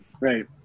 Right